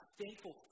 thankful